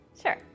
Sure